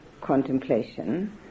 contemplation